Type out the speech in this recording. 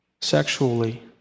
sexually